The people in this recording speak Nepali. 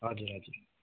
हजुर हजुर